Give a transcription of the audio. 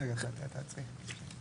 רגע, תעצרי.